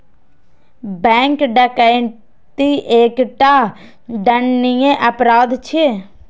bank डकैती एकटा दंडनीय अपराध छियै